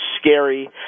scary